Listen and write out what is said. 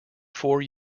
four